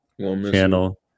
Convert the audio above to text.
channel